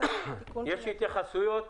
יש התייחסויות